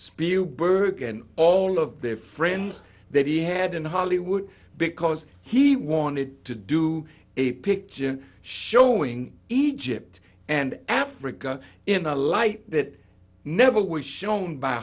burke and all of their friends that he had in hollywood because he wanted to do a picture showing egypt and africa in a light that never was shown by